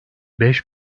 beş